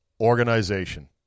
Organization